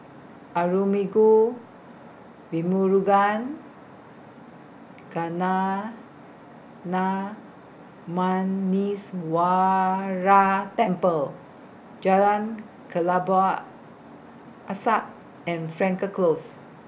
Arulmigu Velmurugan Gnanamuneeswarar Temple Jalan Kelabu Asap and Frankel Close